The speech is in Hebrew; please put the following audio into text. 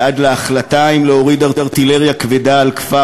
ועד להחלטה אם להוריד ארטילריה כבדה על כפר